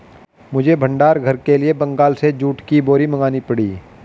मुझे भंडार घर के लिए बंगाल से जूट की बोरी मंगानी पड़ी